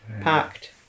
packed